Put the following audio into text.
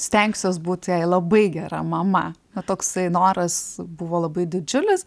stengsiuos būt jai labai gera mama o toksai noras buvo labai didžiulis